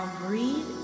breathe